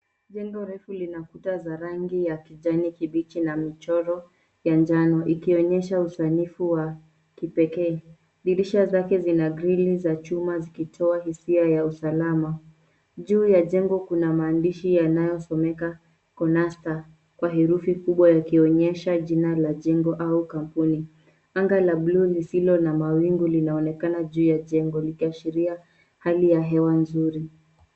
Jengo refu lina kuta za rangi ya kijani kibichi na michoro wa njano, ikionyesha usanifu wa kipekee. Dirisha zake zina grili za chuma zikitoa hisia ya usalama. Juu ya jengo kuna maandishi yanayosomeka KONA STAR kwa herufi kubwa yakionyesha jina ya jengo au kampuni. Anga la buluu lisilo na mawingu linaonekana juu ya jengo likiashiria hali ya hewa nzuri.